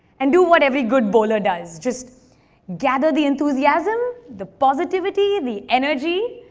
and do what every good bowler does. just gather the enthusiasm, the positivity, the energy,